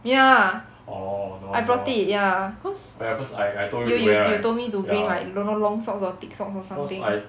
ya I brought it ya cause you you you told me to bring like don't know long socks or thick socks or something